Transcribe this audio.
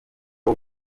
w’u